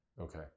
okay